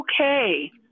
okay